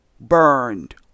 burned